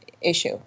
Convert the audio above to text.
issue